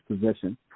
position